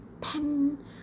pen